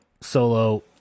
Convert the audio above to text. solo